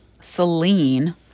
Celine